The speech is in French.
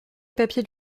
papiers